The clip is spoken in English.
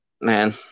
man